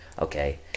Okay